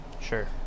Sure